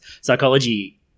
psychology